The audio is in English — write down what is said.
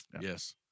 Yes